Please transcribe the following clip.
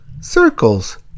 Circles